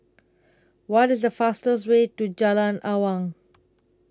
What IS The fastest Way to Jalan Awang